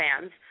fans